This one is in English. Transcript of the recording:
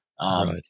right